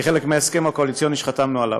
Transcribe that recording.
כחלק מההסכם הקואליציוני שחתמנו עליו.